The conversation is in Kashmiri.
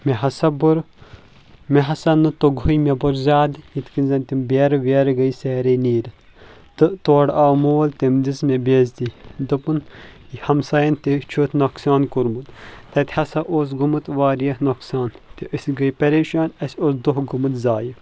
مےٚ ہسا بوٚر مےٚ ہسا نہٕ توٚگُے مےٚ بوٚر زیادٕ یِتھ کٔنۍ زن تِم بیرٕ ویرٕ گٔیہِ سارے نیٖرتھ تہٕ تورٕ آو مول تٔمۍ دِژ مےٚ بے عزتی دوٚپُن یہِ ہمساین تہِ چھُتھ نۄقصان کوٚرمُت تتہِ ہسا اوس گوٚمُت واریاہ نۄقصان تہٕ أسۍ گٔے پریشان اسہِ اوس دۄہ گوٚمُت زایہِ